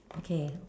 okay